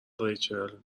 ریچل